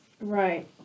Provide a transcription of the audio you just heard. right